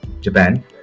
japan